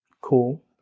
cool